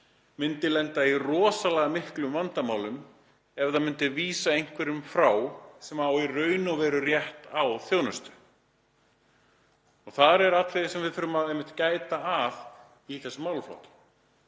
myndi lenda í rosalega miklum vanda ef það myndi vísa einhverjum frá sem á í raun og veru rétt á þjónustu. Það er atriði sem við þurfum að gæta að í þessum málaflokki.